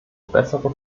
bessere